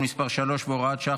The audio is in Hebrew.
(תיקון מס' 3 והוראת שעה,